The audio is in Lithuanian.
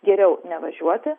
geriau nevažiuoti